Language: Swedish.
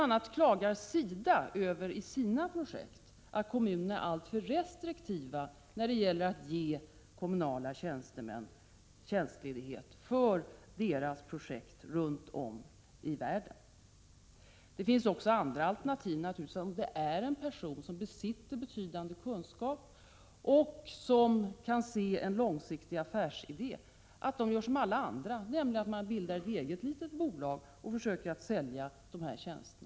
a. klagar SIDA över att kommunerna är alltför restriktiva när det gäller att ge sina tjänstemän tjänstledigt för deltagande i SIDA:s projekt runt om i världen. Det finns naturligtvis också andra alternativ. En person som besitter betydande kunskap och kan se en långsiktig affärsidé kan göra som alla andra, nämligen att bilda ett eget litet bolag och försöka sälja sina tjänster.